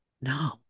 No